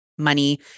Money